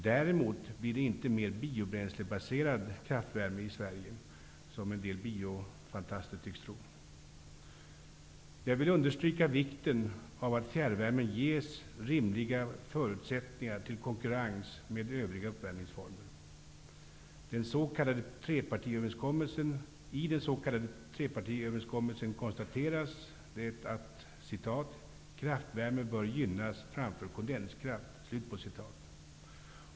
Däremot blir det inte mer av biobränslebaserad kraftvärme i Sverige, som en del biofantaster tycks tro. Jag vill understryka vikten av att fjärrvärmen ges rimliga förutsättningar till konkurrens med övriga uppvärmningsformer. I den s.k. ''Kraftvärme bör gynnas framför kondenskraft.''